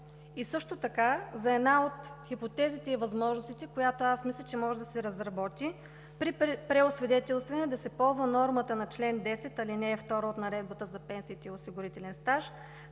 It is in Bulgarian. от 2019 г.? Една от хипотезите и възможностите, която мисля, че може да се разработи, е при преосвидетелстване да се ползва нормата на чл. 10, ал. 2 от Наредбата за пенсиите и осигурителен стаж